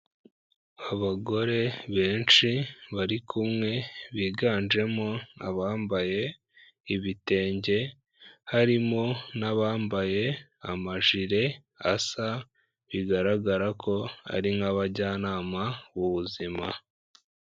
Abagore benshi bari kumwe biganjemo abambaye ibitenge, harimo n'abambaye amajire asa, bigaragara ko ari nk'abajyanama b'ubuzima.